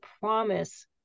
promise